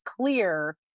clear